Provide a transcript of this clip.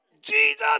Jesus